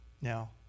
Now